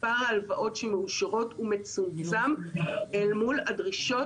מספר ההלוואות שמאושרות הוא מצומצם מול הדרישות